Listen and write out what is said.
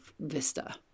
vista